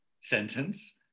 sentence